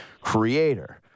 creator